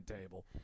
table